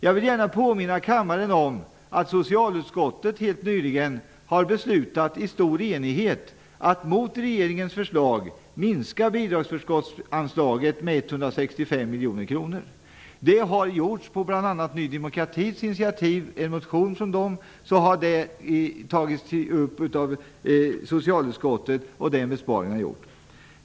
Jag vill gärna påminna kammaren om att socialutskottet helt nyligen har beslutat, i stor enighet, att mot regeringens förslag minska bidragsförskottsanslaget med 165 miljoner kronor. Det har gjorts på initiativ av bl.a. Ny demokrati. En motion från Ny demokrati har tagits upp av socialutskottet, och den besparingen är gjord.